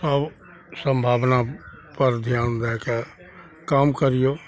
हँ ओ सम्भावनापर ध्यान दएके काम करियौ